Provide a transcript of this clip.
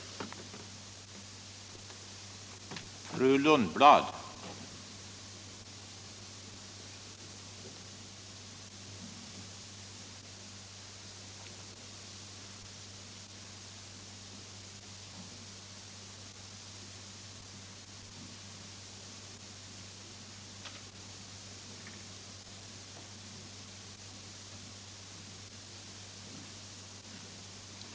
Miljövårdspoliti Miljövårdspoliti